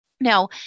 Now